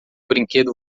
brinquedo